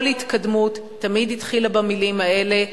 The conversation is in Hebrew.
כל התקדמות תמיד התחילה במלים האלה,